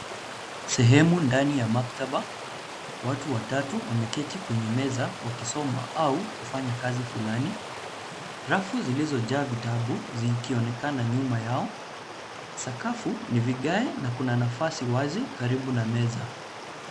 Sehemu ndani ya maktaba. Watu watatu wameketi kwenye meza wakisoma au kufanya kazi fulani. Rafu zilizojaa vitabu zikionekana nyuma yao. Sakafu ni vigae na kuna nafasi wazi karibu na meza.